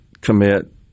commit